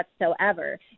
whatsoever